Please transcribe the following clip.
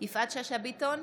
יפעת שאשא ביטון,